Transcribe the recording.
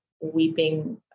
weeping